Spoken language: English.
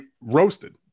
roasted